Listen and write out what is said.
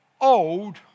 old